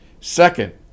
Second